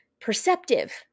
perceptive